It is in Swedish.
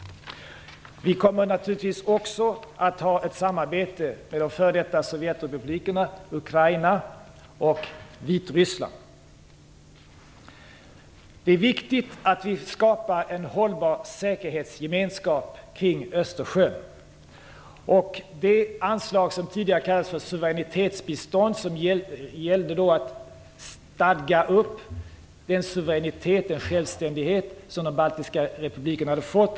Vi kommer naturligtvis också att ha ett samarbete med de före detta sovjetrepublikerna Ukraina och Det är viktigt att vi skapar en hållbar säkerhetsgemenskap kring Östersjön. Det tidigare anslaget till suveränitetsbistånd skulle användas för att stadga upp den självständighet som de baltiska republikerna hade fått.